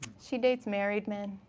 she dates married men.